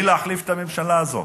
היא להחליף את הממשלה הזאת.